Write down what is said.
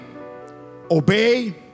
obey